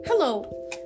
Hello